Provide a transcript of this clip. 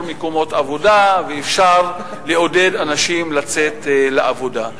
מקומות עבודה ואפשר לעודד אנשים לצאת לעבודה.